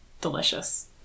delicious